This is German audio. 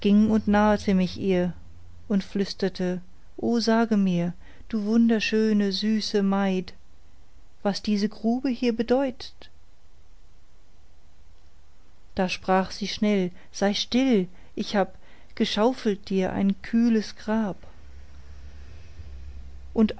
und nahete mich ihr und flüsterte o sage mir du wunderschöne süße maid was diese grube hier bedeut't da sprach sie schnell sei still ich hab geschaufelt dir ein kühles grab und